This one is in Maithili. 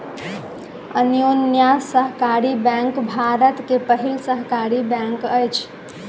अन्योन्या सहकारी बैंक भारत के पहिल सहकारी बैंक अछि